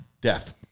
death